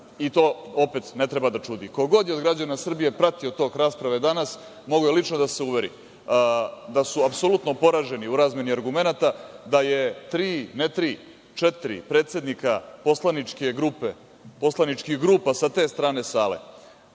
i to opet ne treba da čudi. Ko god je od građana Srbije pratio tok rasprave danas, mogao je lično da se uveri da su apsolutno poraženi u razmeni argumenata, da je tri, ne tri, četiri predsednika poslaničkih grupa sa te strane sale